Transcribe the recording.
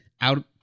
out